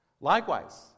Likewise